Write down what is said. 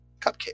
cupcake